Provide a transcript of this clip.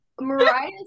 Mariah